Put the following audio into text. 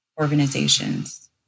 organizations